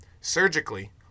Surgically